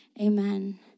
Amen